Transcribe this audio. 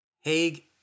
Haig